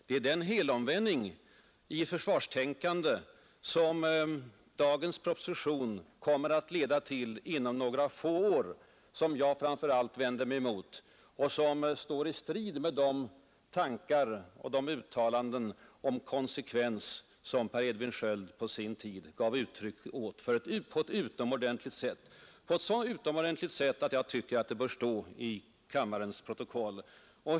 Det är den helomvändning i försvarstänkande som dagens proposition kommer att leda till inom några få år, som jag framför allt vänder mig emot. Den står i strid med de tankar och uttalanden om konsekvens i försvarsplanering och försvarstänkande som Per Edvin Sköld på sin tid gav uttryck åt på ett utomordentligt sätt; på ett sådant sätt att jag tyckte att det borde återfinnas i kammarens protokoll.